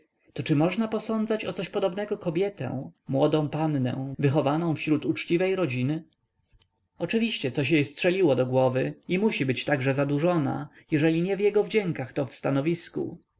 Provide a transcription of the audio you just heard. czy można posądzać o coś podobnego kobietę młodą pannę wychowaną wśród uczciwej rodziny oczywiście coś jej strzeliło do głowy i musi być także zadurzona jeżeli nie w jego wdziękach to w stanowisku